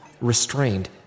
restrained